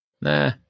Nah